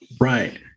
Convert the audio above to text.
Right